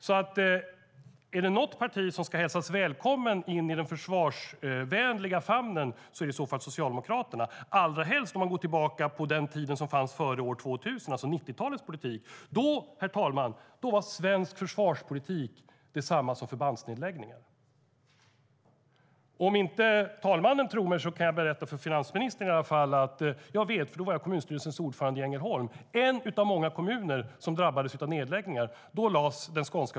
Om det är något parti som ska hälsas välkommet in i den försvarsvänliga famnen är det i så fall Socialdemokraterna, allra helst om vi går tillbaka och ser på tiden före år 2000, alltså till 90-talets politik. Då, herr talman, var svensk försvarspolitik detsamma som förbandsnedläggningar. Jag kan berätta för finansministern att då lades Skånska flygflottiljen ned. Jag vet det, för jag var kommunstyrelsens ordförande i Ängelholm, en av många kommuner som drabbades av nedläggningar.